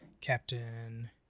Captain